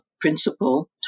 principle